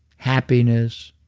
happiness,